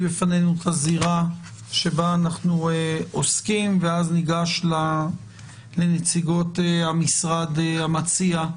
בפנינו את הזירה שבה אנחנו עוסקים ואז ניגש לנציגות המשרד המציע,